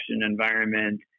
environment